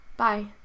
Bye